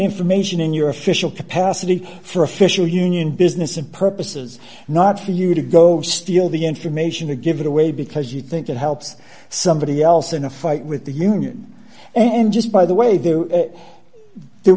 information in your official capacity for official union business and purposes not for you to go steal the information to give it away because you think it helps somebody else in a fight with the union and just by the way there